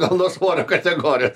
gauna svorio kategoriją